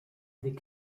des